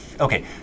Okay